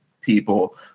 people